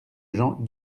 gens